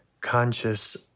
conscious